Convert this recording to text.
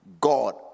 God